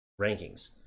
rankings